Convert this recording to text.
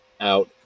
out